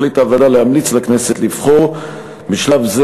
החליטה הוועדה להמליץ לכנסת לבחור בשלב זה